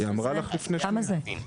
כמה זה?